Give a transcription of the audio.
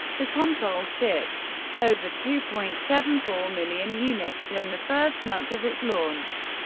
the console shipped over two point seven four million units in the first month of its launch,